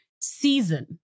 season